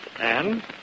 Anne